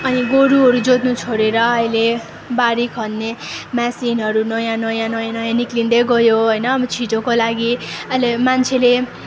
अनि गोरुहरू जोत्नु छोडेर अहिले बारी खन्ने मसिनहरू नयाँ नयाँ नयाँ निक्लिँदै गयो होइन छिटोको लागि अहिले मान्छेले